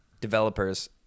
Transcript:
developers